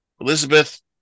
Elizabeth